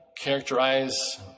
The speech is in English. characterize